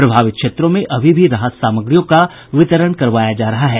प्रभावित क्षेत्रों में अभी भी राहत सामग्रियों का वितरण करवाया जा रहा है